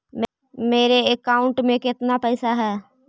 मेरे अकाउंट में केतना पैसा है?